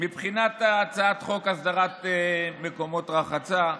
מבחינת הצעת חוק הסדרת מקומות רחצה,